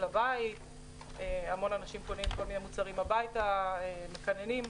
לבית כמו ריהוט וכו' בגלל שהם מקננים.